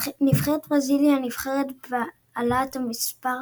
נבחרת ברזיל היא הנבחרת בעלת מספר